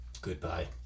Goodbye